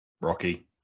Rocky